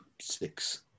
six